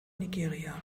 nigeria